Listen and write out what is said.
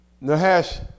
Nahash